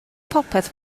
popeth